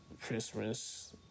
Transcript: Christmas